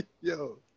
Yo